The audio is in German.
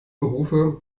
berufe